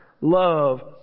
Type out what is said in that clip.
love